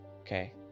Okay